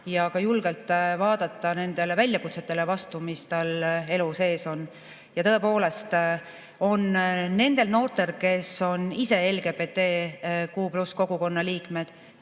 ja ka julgelt vaadata vastu nendele väljakutsetele, mis tal elus ees on. Tõepoolest on nendel noortel, kes on ise LGBTQ+ kogukonna liikmed,